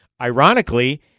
ironically—